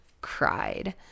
cried